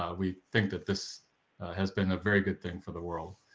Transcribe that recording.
ah we think that this has been a very good thing for the world.